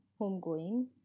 Homegoing